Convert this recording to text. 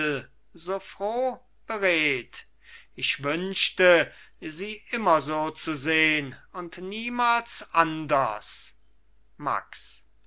beredt ich wünschte sie immer so zu sehn und niemals anders max